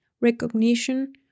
recognition